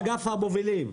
מאגף המובילים.